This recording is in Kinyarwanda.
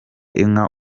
inka